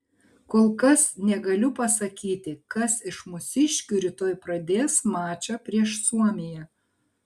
kol kas negaliu pasakyti kas iš mūsiškių rytoj pradės mačą prieš suomiją